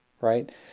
right